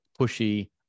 pushy